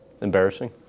Embarrassing